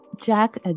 Jack